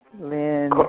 Lynn